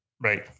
Right